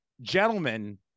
gentlemen